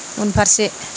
उनफारसे